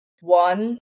one